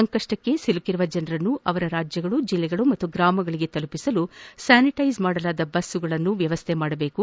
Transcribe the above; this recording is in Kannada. ಸಂಕಷ್ಟಕ್ಕೆ ಸಿಲುಕಿರುವ ಜನರನ್ನು ಅವರ ರಾಜ್ಯಗಳು ಜಿಲ್ಲೆಗಳು ಮತ್ತು ಗ್ರಾಮಗಳಿಗೆ ತಲುಪಿಸಲು ಸ್ಥಾನಿಟೈಜ್ ಮಾಡಲಾದ ಬಸ್ಗಳನ್ನು ವ್ಯವಸ್ಥೆ ಮಾಡಬೇಕು